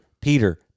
peter